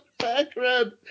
Background